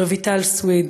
רויטל סויד,